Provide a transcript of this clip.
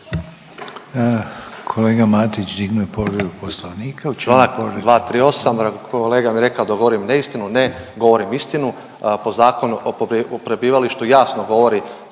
Kolega Matić dignuo je povredu poslovnika.